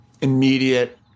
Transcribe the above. immediate